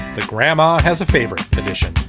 the grandma has a favorite tradition.